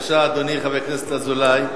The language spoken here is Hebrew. בבקשה, אדוני, חבר הכנסת אזולאי.